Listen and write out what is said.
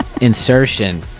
insertion